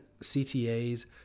CTAs